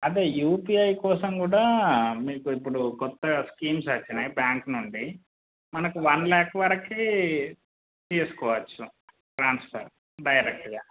అంటే యూపీఐ కోసం కూడా మీకు ఇప్పుడు క్రొత్తగా స్కీమ్స్ వచ్చినాయి బ్యాంకు నుండి మనకు వన్ లాక్ వరకు తీసుకోవచ్చు ట్రాన్స్ఫర్ డైరెక్ట్గా